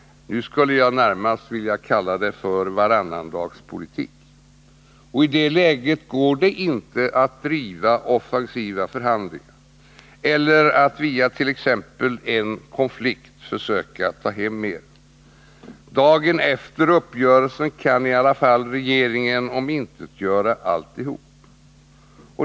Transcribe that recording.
Nu skulle jag närmast vilja kalla regeringens politik för varannandagspolitik. I det läget går det inte att driva offensiva förhandlingar eller att via t.ex. en konflikt försöka ta hem mer. Dagen efter uppgörelsen kan i alla fall regeringen omintetgöra alltihop.